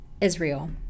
Israel